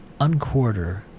unquarter